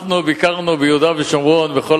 אחרי מלחמת ששת הימים אנחנו ביקרנו בכל